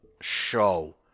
show